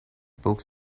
books